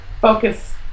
focus